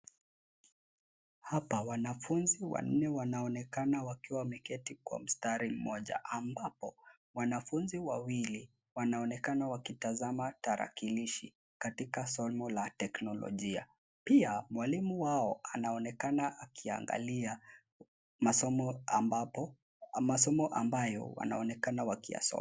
Hapa, wanafunzi wanne wanaonekana wakiwa wameketi kwa mstari mmoja, ambapo, wanafunzi wawili, wanaonekana wakitazama tarakilishi, katika somo la teknolojia. Pia, mwalimu wao anaonekana akiangalia, masomo yao ambapo, masomo ambayo, wanaonekana wakiyasoma.